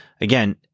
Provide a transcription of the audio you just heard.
Again